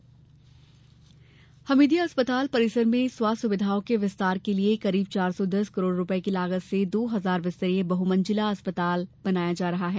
हमीदिया हमीदिया अस्पताल परिसर में स्वास्थ्य सुविधाओं के विस्तार के लिए करीब चार सौ दस करोड़ रूपए की लागत से दो हजार बिस्तरीय बहुमंजिला अस्पताल का बनाया जा रहा है